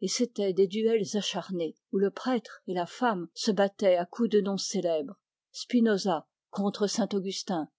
et c'étaient des duels acharnés où le prêtre et la femme se battaient à coups de noms célèbres spinoza contre